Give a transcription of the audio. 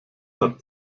hat